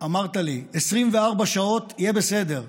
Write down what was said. אמרת לי: 24 שעות, יהיה בסדר,